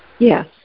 Yes